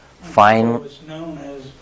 fine